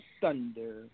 thunder